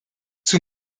zum